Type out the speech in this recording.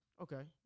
Okay